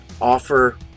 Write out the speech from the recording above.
offer